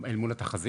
אל מול התחזית?